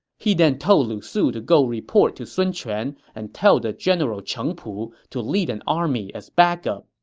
he then told lu su to go report to sun quan and tell the general cheng pu to lead an army as backup.